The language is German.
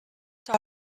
der